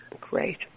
Great